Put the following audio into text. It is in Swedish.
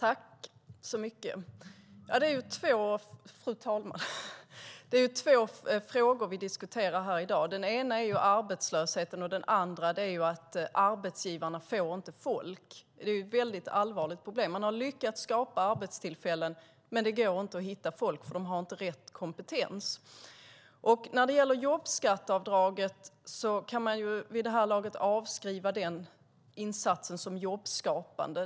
Fru talman! Det är två frågor som vi diskuterar här i dag. Den ena är arbetslösheten och den andra är att arbetsgivarna inte hittar folk. Det är ett allvarligt problem. Man har lyckats skapa arbetstillfällen, men det går inte att hitta folk med rätt kompetens. När det gäller jobbskatteavdraget kan man vid det här laget avskriva den insatsen som jobbskapande.